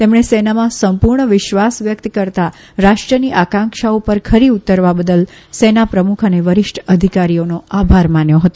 તેમણે સેનામાં સંપુર્ણ વિશ્વાસ વ્યકત કરતા રાષ્ટ્રની આકાંક્ષાઓ પર ખરી ઉતરવા બદલ સેના પ્રમુખ્ અને વરિષ્ઠ અધિકારીઓનો આભાર માન્યો હતો